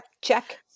Check